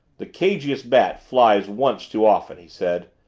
the cagiest bat flies once too often, he said.